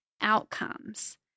outcomes